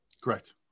Correct